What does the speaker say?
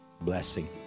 blessing